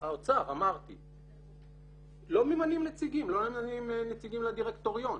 לא ממנים נציגים לדירקטוריון.